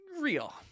Real